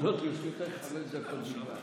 עומדות לרשותך חמש דקות בלבד.